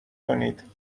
کنید